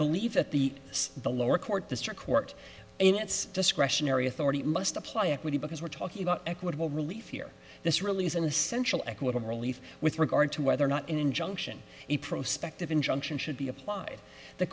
believe that the the lower court district court in its discretionary authority must apply equity because we're talking about equitable relief here this really is an essential equitable relief with regard to whether or not an injunction a prospect of injunction should be applied the